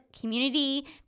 community